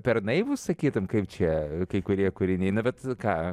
per naivūs sakytum kaip čia kai kurie kūriniai bet ką